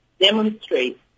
demonstrate